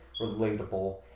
relatable